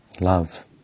love